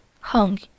hung